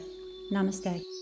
Namaste